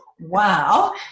Wow